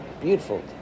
beautiful